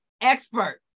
expert